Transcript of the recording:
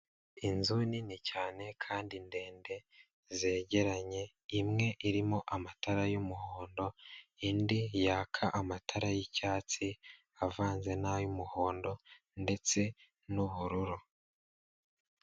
Inzu nini cyane kandi ndende zegeranye, imwe irimo amatara y'umuhondo, indi yaka amatara y'icyatsi avanze n'ay'umuhondo ndetse n'ubururu.